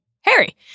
Harry